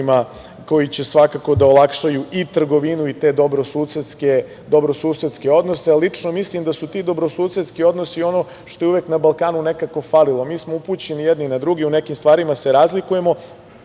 koji će, svakako da olakšaju i trgovinu i te dobrosusedske odnose. Lično mislim da su ti dobrosusedski odnosi ono što je uvek na Balkanu nekako falilo. Mi smo upućeni jedni na druge. U nekim stvarima se razlikujemo,